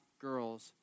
girls